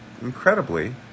incredibly